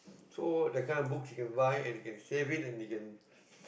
so the kind of books he can buy and can save it and he can